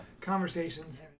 conversations